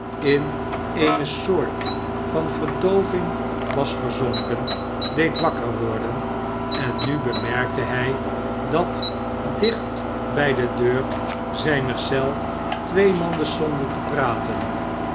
in eene soort van verdooving was yerzonken deed wakker worden en nu bemerkte hij dat dicht bij de deur zijner eel twee mannen stonden te praten